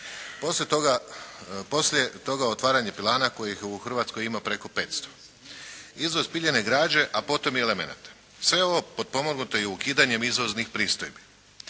Poslije toga otvaranje pilana kojih u Hrvatskoj ima preko 500. Izvoz piljene građe a potom i elemenata. Sve ovo potpomognuto je i ukidanjem izvoznih pristojbi.